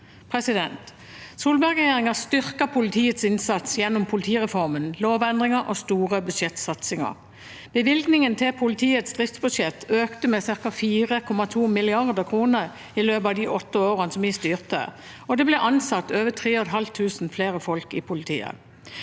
internett. Solberg-regjeringen styrket politiets innsats gjennom politireformen, lovendringer og store budsjettsatsinger. Bevilgningen til politiets driftsbudsjett økte med ca. 4,2 mrd. kr i løpet av de åtte årene vi styrte, og det ble ansatt over 3 500 flere folk i politiet.